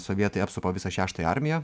sovietai apsupa visą šeštąją armiją